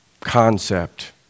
concept